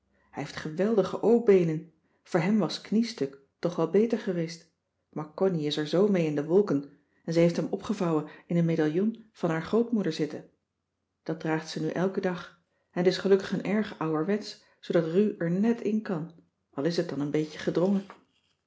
hij heeft geweldige o beenen voor hem was kniestuk toch wel beter geweest maar connie is er zoo mee in de wolken en ze heeft hem opgevouwen in een medaillon van haar grootmoeder zitten dat draagt ze nu elken dag en t is gelukkig een erg ouwerwetsch zoodat ru er net in kan al is het dan een beetje gedrongen